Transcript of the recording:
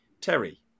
Terry